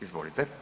Izvolite.